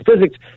physics